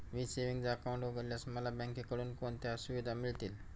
मी savings account उघडल्यास मला बँकेकडून कोणत्या सुविधा मिळतील?